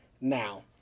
now